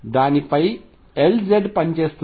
దానిపై Lz పనిచేస్తుంది